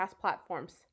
platforms